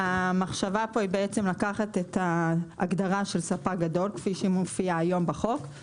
המחשבה פה היא לקחת את ההגדרה של ספק גדול כפי שמופיעה היום בחוק,